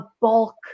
bulk